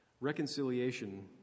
Reconciliation